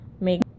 make